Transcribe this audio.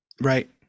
right